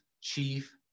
chief